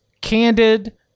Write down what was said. candid